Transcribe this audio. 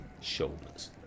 shoulders